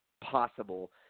possible